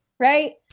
Right